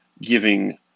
giving